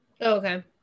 Okay